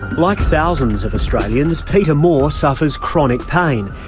like thousands of australians, peter moore suffers chronic pain.